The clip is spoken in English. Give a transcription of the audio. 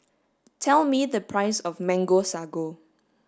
tell me the price of Mango Sago